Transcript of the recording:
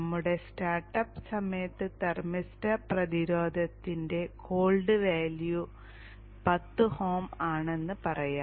നമുക്ക് സ്റ്റാർട്ടപ്പ് സമയത്ത് തെർമിസ്റ്റർ പ്രതിരോധത്തിന്റെ കോൾഡ് വാല്യൂ 10Ω ആണെന്ന് പറയാം